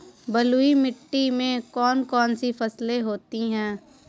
बलुई मिट्टी में कौन कौन सी फसलें होती हैं?